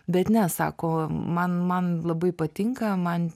bet ne sako man man labai patinka man